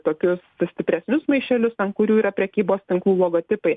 tokius stipresnius maišelius ant kurių yra prekybos tinklų logotipai